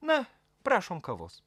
na prašom kavos